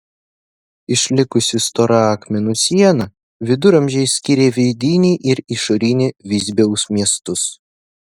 išlikusi stora akmenų siena viduramžiais skyrė vidinį ir išorinį visbiaus miestus